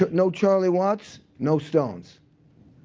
but no charlie watts, no stones.